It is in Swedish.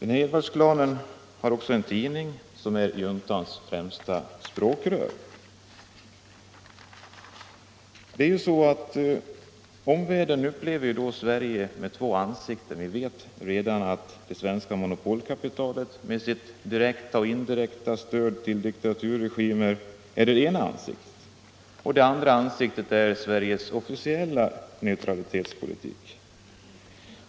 Edwardsklanen äger också den tidning som är juntans främsta språkrör. Omvärlden upplever det då så att Sverige har två ansikten. Det ena är det svenska monopolkapitalet med sitt stöd till diktaturregimer, och det andra är Sveriges officiella neutralitetspolitik.